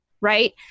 right